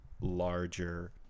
larger